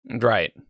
Right